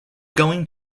going